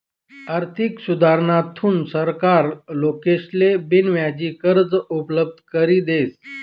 आर्थिक सुधारणाथून सरकार लोकेसले बिनव्याजी कर्ज उपलब्ध करी देस